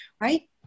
right